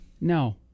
No